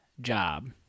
job